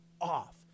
off